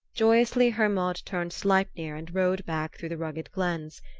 joyously hermod turned sleipner and rode back through the rugged glens,